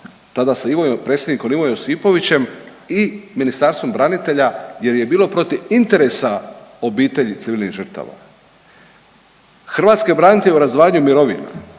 tada sa Ivom, predsjednikom Ivom Josipovićem i Ministarstvom branitelja jer je bilo protiv interesa obitelji civilnih žrtava. Hrvatske branitelje u razdvajanju mirovina,